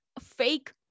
fake